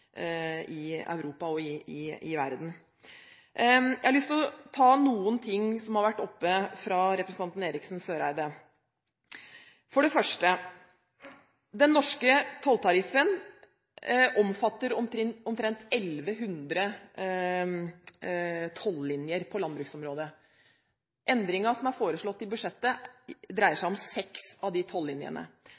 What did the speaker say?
i Europa og i verden. Jeg har lyst til å ta for meg noen ting som representanten Eriksen Søreide tok opp. For det første: Den norske tolltariffen omfatter omtrent 1 100 tollinjer på landbruksområdet. Endringen som er foreslått i budsjettet, dreier seg om seks av de tollinjene.